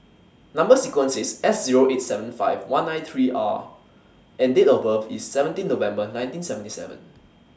Number sequence IS S Zero eight seven five one nine three R and Date of birth IS seventeen November nineteen seventy seven